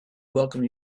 welcome